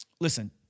listen